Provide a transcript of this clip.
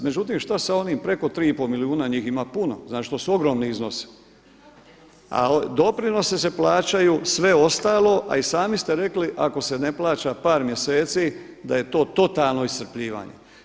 Međutim, što sa onim preko 3,5 milijuna, njih ima puno, znači to su ogromni iznosi a doprinosi se plaćaju sve ostalo a i sami ste rekli ako se ne plaća par mjeseci da je to totalno iscrpljivanje.